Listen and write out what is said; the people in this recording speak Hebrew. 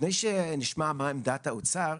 לפני שנשמע מה עמדת האוצר,